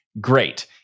great